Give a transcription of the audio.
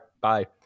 bye